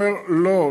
אומר: לא,